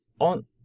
on